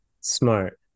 Smart